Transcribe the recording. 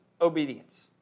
obedience